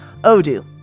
Odoo